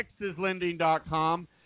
TexasLending.com